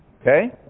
Okay